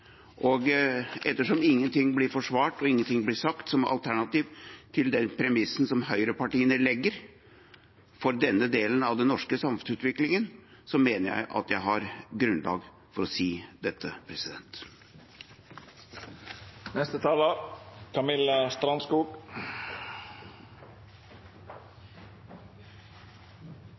Og ettersom ingenting blir forsvart og ingenting blir sagt som alternativ til de premissene som høyrepartiene legger for denne delen av den norske samfunnsutviklingen, mener jeg at jeg har grunnlag for å si dette.